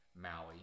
Maui